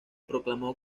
proclamó